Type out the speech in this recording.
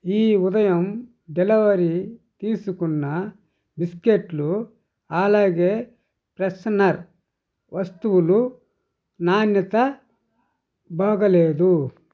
ఈ ఉదయం డెలివరీ తీసుకున్న బిస్కెట్లు అలాగే ఫ్రెషనర్ వస్తువులు నాణ్యత బాగాలేదు